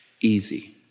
easy